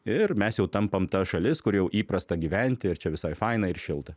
ir mes jau tampam ta šalis kur jau įprasta gyventi ir čia visai faina ir šilta